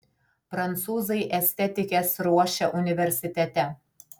prancūzai estetikes ruošia universitete